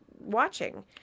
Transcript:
watching